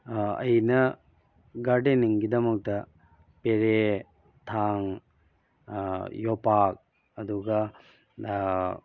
ꯑꯩꯅ ꯒꯥꯔꯗꯦꯟꯅꯤꯡꯒꯤꯗꯃꯛꯇ ꯄꯦꯔꯦ ꯊꯥꯡ ꯌꯣꯄꯥꯛ ꯑꯗꯨꯒ